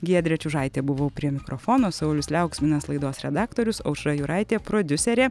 giedrė čiužaitė buvau prie mikrofono saulius liauksminas laidos redaktorius aušra jūraitė prodiuserė